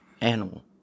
animal